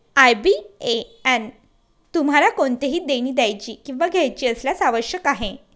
IBAN तुम्हाला कोणतेही देणी द्यायची किंवा घ्यायची असल्यास आवश्यक आहे